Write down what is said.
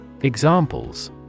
Examples